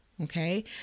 Okay